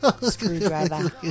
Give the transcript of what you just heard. Screwdriver